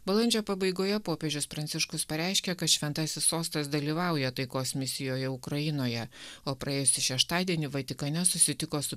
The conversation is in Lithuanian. balandžio pabaigoje popiežius pranciškus pareiškė kad šventasis sostas dalyvauja taikos misijoje ukrainoje o praėjusį šeštadienį vatikane susitiko su